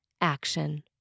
action